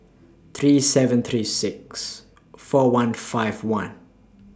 three seven three six four one and five one